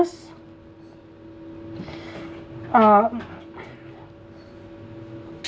uh